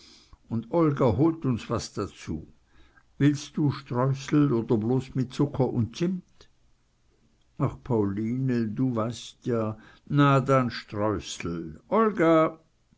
und olga holt uns was dazu willst du streusel oder bloß mit zucker und zimt ach pauline du weißt ja na dann streusel olga